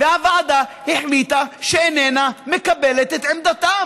והוועדה החליטה שאיננה מקבלת את עמדתה.